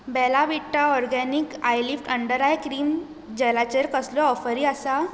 बेला Vita organic eye lift under eye cream जॅलाचेर कसल्योय ऑफरी आसा